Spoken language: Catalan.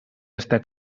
estar